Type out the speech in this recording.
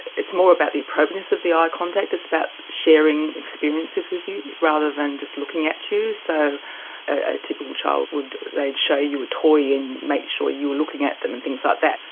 it's more about the appropriateness of the eye contact it's about sharing experiences with you rather than just looking at you. so a typical childhood, they'd show you a toy and make sure you were looking at them and things like that.